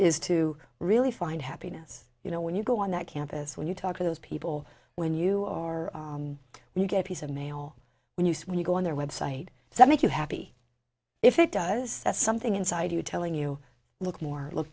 is to really find happiness you know when you go on that campus when you talk to those people when you are when you get a piece of mail when you see when you go on their website that make you happy if it does something inside you telling you look more look